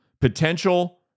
Potential